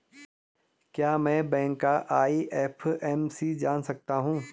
क्या मैं बैंक का आई.एफ.एम.सी जान सकता हूँ?